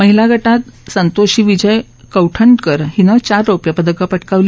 महिला गटात संतोषी विजय कौठनकर हिनं चार रौप्य पदकं पटकावली